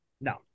no